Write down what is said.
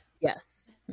Yes